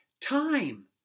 time